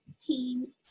team